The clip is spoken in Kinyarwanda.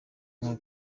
nko